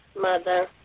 mother